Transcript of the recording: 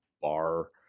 bar